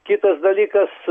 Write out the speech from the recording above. kitas dalykas